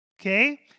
Okay